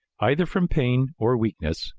either from pain or weakness,